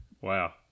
Wow